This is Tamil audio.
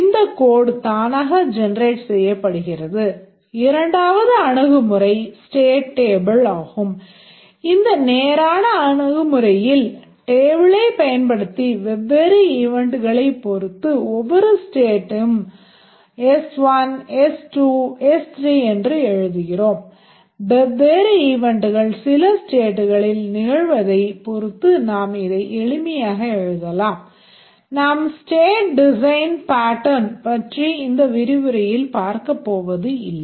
இந்த கோட் பற்றி இந்த விரிவுரையில் பார்க்கப் போவது இல்லை